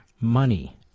money